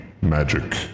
magic